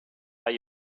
are